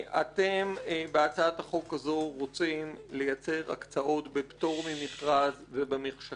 אתם בהצעת החוק הזו רוצים לייצר הקצאות בפטור ממכרז ובמחשכים.